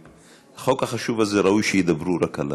החוק החשוב הזה ראוי שידברו רק עליו.